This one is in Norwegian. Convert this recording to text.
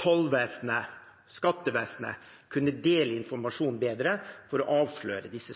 tollvesenet eller skattevesenet – kunne dele informasjon bedre for å avsløre disse